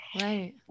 Right